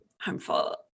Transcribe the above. harmful